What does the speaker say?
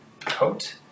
coat